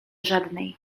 żadnej